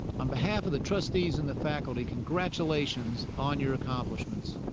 on behalf of the trustees and the faculty, congratulations on your accomplishments.